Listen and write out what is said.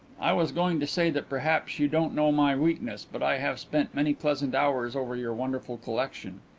i was going to say that perhaps you don't know my weakness, but i have spent many pleasant hours over your wonderful collection.